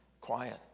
quiet